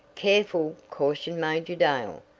careful! cautioned major dale.